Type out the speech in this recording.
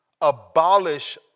abolish